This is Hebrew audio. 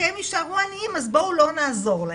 כי הם יישארו עניים אז בואו לא נעזור להם.